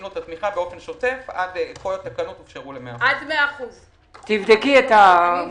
לו את התמיכה באופן שוטף עד 100%. תבדקי את זה.